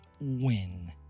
win